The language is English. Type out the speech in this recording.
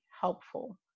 helpful